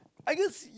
I guess y~